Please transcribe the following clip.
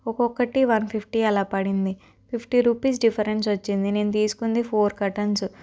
ఒకొక్కటీ one fifty అలా పడింది fifty rupees difference వచ్చింది నేను తీసుకుంది ఫోర్ కర్టెన్స్